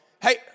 Hey